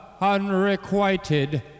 unrequited